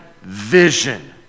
vision